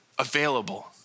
available